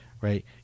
right